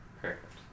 Perfect